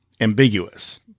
ambiguous